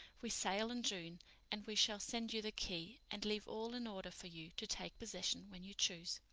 we sail in june and we shall send you the key and leave all in order for you to take possession when you choose.